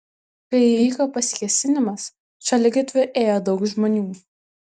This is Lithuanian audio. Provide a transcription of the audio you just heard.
kai įvyko pasikėsinimas šaligatviu ėjo daug žmonių